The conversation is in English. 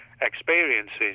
experiences